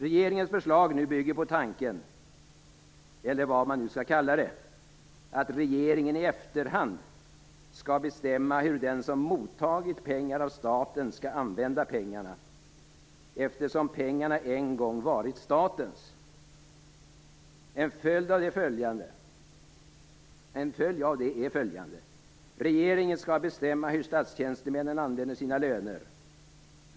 Regeringens förslag bygger på tanken - eller vad man nu skall kalla det - att regeringen i efterhand skall bestämma hur den som tagit emot pengar av staten skall använda dem, eftersom pengarna en gång varit statens. En följd av detta vore följande: Regeringen skall bestämma hur statstjänstemännen använder sina löner.